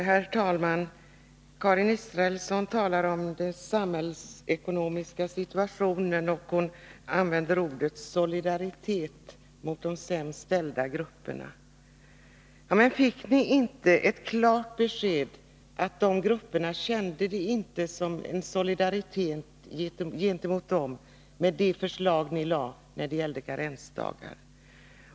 Herr talman! Karin Israelsson talade om den samhällsekonomiska situationen, och hon använde uttrycket solidaritet med de sämst ställda grupperna. Men fick ni inte ett klart besked om att dessa grupper inte uppfattade det som solidaritet, när ni lade fram ert förslag om karensdagar?